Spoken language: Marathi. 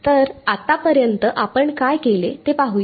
तर आतापर्यंत आपण काय केले ते पाहूया